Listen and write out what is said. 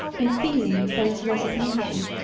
in feeling there is resignation,